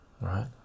right